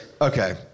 Okay